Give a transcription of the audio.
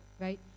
right